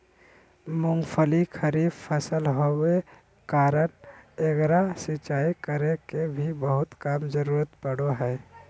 मूंगफली खरीफ फसल होबे कारण एकरा सिंचाई करे के भी बहुत कम जरूरत पड़ो हइ